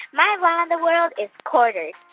my wow in the world is quarters.